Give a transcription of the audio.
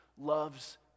loves